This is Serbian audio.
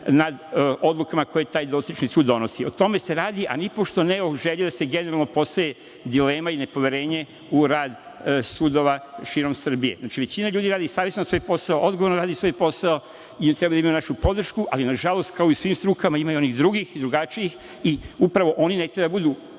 nad odlukama koje taj dotični sud donosi.O tome se radi, a nipošto o želji da se generalno postavi dilema i nepoverenje u rad sudova širom Srbije. Znači, većina ljudi radi savesno svoj posao, odgovorno radi svoj posao i treba da imaju našu podršku, ali nažalost kao u svim strukama ima i onih drugih i drugačijih i upravo oni treba da budu